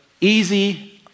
easy